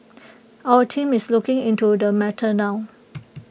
our team is looking into the matter now